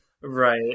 Right